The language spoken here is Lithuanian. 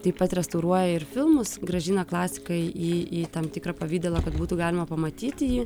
taip pat restauruoja ir filmus grąžina klasikai į tam tikrą pavidalą kad būtų galima pamatyti jį